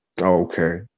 okay